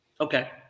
Okay